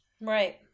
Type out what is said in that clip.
Right